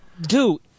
Dude